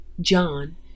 John